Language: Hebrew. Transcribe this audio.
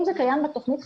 אם זה קיים בתוכנית,